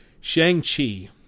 Shang-Chi